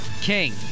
King